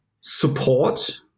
support